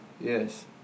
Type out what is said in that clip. Yes